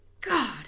God